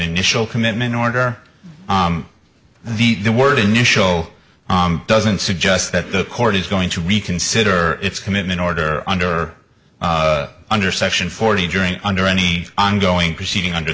initial commitment order the word initial doesn't suggest that the court is going to reconsider its commitment order under under section forty during under any ongoing proceeding under